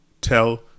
Tell